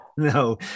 No